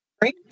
Great